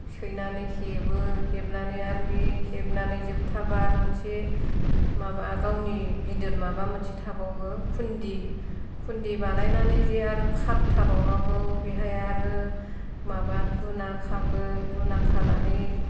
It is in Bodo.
सैनानै हेबो हेबनानै आरो बे हेबनानै जोबथाबा आरो मोनसे माबा गावनि गिदिर माबा मोनसे थाबावो खुन्दि खुन्दि बानायनानै जे आरो खाबथाबावनांगौ बेहाय आरो माबा गुना खागोन गुना खानानै